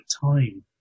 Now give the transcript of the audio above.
time